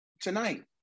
tonight